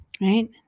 right